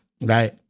Right